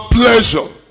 pleasure